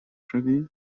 شدی